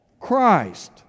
Christ